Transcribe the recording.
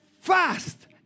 fast